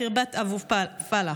ח'ירבת אבו פלאח.